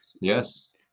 yes